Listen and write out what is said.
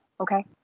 Okay